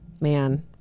Man